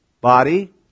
Body